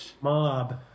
Mob